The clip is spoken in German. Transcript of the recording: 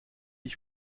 ich